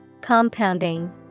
Compounding